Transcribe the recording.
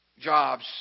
jobs